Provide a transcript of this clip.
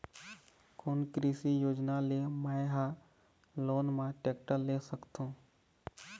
कोन कृषि योजना ले मैं हा लोन मा टेक्टर ले सकथों?